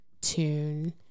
tune